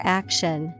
action